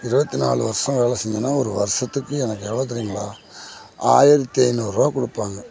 இருபத்தி நாலு வருஷோம் வேலை செஞ்சேன்னா ஒரு வருஷத்துக்கு எனக்கு எவ்வளோ தெரியுங்களா ஆயிரத்தி ஐந்நூறுபா கொடுப்பாங்க